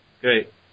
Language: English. Great